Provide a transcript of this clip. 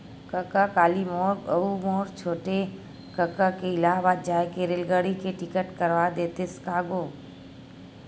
कका काली मोर अऊ मोर छोटे कका के इलाहाबाद जाय के रेलगाड़ी के टिकट करवा देतेस का गो